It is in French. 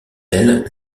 elle